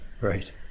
Right